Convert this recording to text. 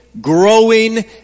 growing